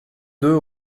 deux